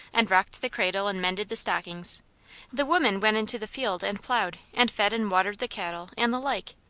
and rocked the cradle and mended the stockings the woman went into the field and ploughed, and fed and watered the cattle and the like.